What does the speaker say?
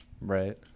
Right